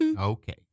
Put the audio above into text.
Okay